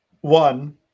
One